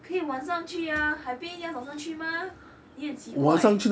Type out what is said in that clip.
可以晚上去啊海边一定要早上去吗你狠奇怪 eh